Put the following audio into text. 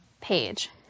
page